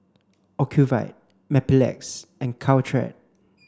Ocuvite Mepilex and Caltrate